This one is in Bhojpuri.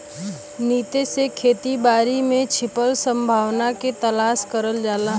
नीति से खेती बारी में छिपल संभावना के तलाश करल जाला